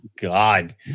God